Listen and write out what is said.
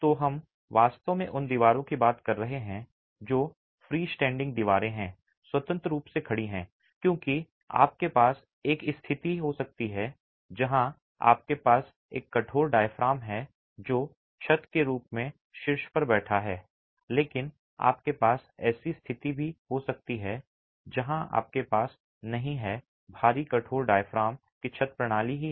तो हम वास्तव में उन दीवारों की बात कर रहे हैं जो फ्रीस्टैंडिंग दीवारें हैं स्वतंत्र रूप से खड़ी हैं क्योंकि आपके पास एक स्थिति हो सकती है जहां आपके पास एक कठोर डायाफ्राम है जो छत के रूप में शीर्ष पर बैठा है लेकिन आपके पास ऐसी स्थिति भी हो सकती है जहां आपके पास नहीं है भारी कठोर डायाफ्राम कि छत प्रणाली ही है